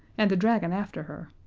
and the dragon after her.